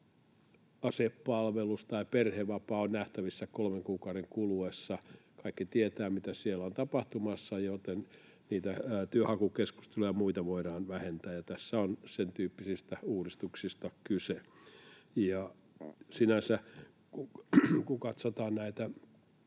asepalvelus tai perhevapaa on nähtävissä kolmen kuukauden kuluessa. Kaikki tietävät, mitä siellä on tapahtumassa, joten niitä työnhakukeskusteluja ja muita voidaan vähentää, ja tässä on sentyyppisistä uudistuksista kyse. Sinänsä, kun katsotaan